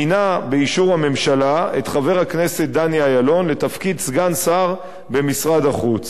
מינה באישור הממשלה את חבר הכנסת דני אילון לתפקיד סגן שר במשרד החוץ.